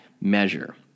measure